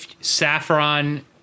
Saffron